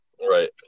Right